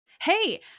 Hey